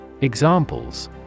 Examples